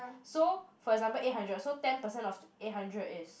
so for example eight hundred so ten percent of eight hundered is